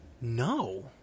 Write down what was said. No